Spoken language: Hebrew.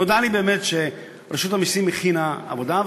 נודע לי שבאמת רשות המסים הכינה עבודה.